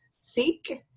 seek